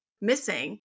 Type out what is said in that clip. missing